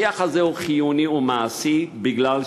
השיח הזה הוא חיוני ומעשי כי,